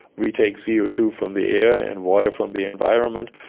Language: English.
we take c o two from the air and water from the environment,